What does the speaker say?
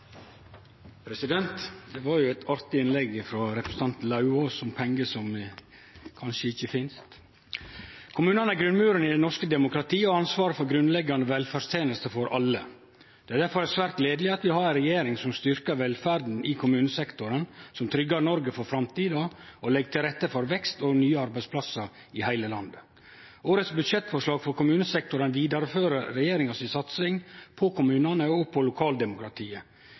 det. Det var eit artig innlegg frå representanten Lauvås om pengar som kanskje ikkje finst. Kommunane er grunnmuren i det norske demokratiet og har ansvaret for grunnleggjande velferdstenester for alle. Det er difor svært gledeleg at vi har ei regjering som styrkjer velferda i kommunesektoren, som tryggjer Noreg for framtida og legg til rette for vekst og nye arbeidsplassar i heile landet. Årets budsjettforslag for kommunesektoren vidarefører regjeringa si satsing på kommunane og på lokaldemokratiet.